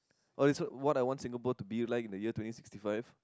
okay so what I want Singapore to be like in the year twenty sixty five